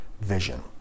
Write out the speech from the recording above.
vision